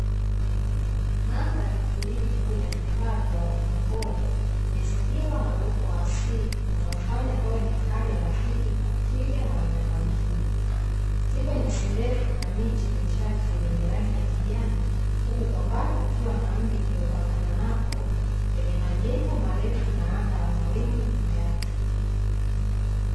Madhari tulivu ya hifadhi ya wanyamapori, imezingiruwa na uoto wa asili, unafanya pawe ni mahali rafiki kwa twiga na wanyama wengine, ziko nyasi ndefu na miti michache venye rangi ya kijani, huku kwa mbali kukiwa na mji uliopakanakano, wenye majengo marefu na anga la mawingu juu ake.